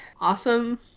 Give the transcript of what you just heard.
awesome